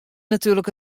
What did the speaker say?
natuerlik